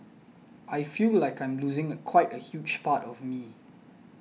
I feel like I'm losing a quite a huge part of me